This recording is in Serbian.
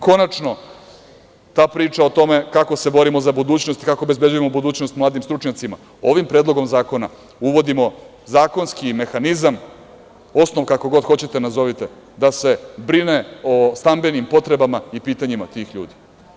Konačno ta priča o tome kako se borimo za budućnost, kako obezbeđujemo budućnost mladim stručnjacima, ovim predlogom zakona uvodimo zakonski mehanizam, osnov, kako god hoćete nazovite, da se brine o stambenim potrebama i pitanjima tih ljudi.